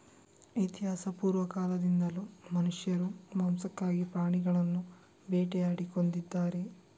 ಇತಿಹಾಸಪೂರ್ವ ಕಾಲದಿಂದಲೂ ಮನುಷ್ಯರು ಮಾಂಸಕ್ಕಾಗಿ ಪ್ರಾಣಿಗಳನ್ನು ಬೇಟೆಯಾಡಿ ಕೊಂದಿದ್ದಾರೆ